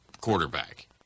quarterback